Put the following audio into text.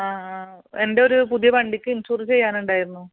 എൻ്റെ ഒരു പുതിയ വണ്ടിക്ക് ഇൻഷുറ് ചെയ്യാനുണ്ടായിരുന്നു